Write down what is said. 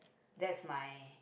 that's my